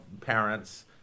parents